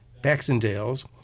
Baxendales